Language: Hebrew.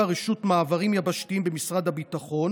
רשות מעברים יבשתיים במשרד הביטחון